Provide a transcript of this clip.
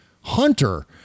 Hunter